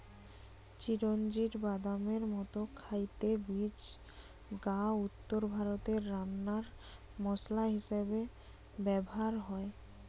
চিরোঞ্জির বাদামের মতো খাইতে বীজ গা উত্তরভারতে রান্নার মসলা হিসাবে ব্যভার হয়